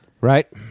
right